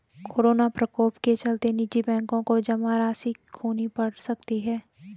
corona प्रकोप के चलते निजी बैंकों को जमा राशि खोनी पढ़ सकती है